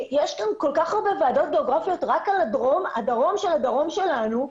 יש כאן כל כך הרבה ועדות גיאוגרפיות רק על הדרום של הדרום שלנו,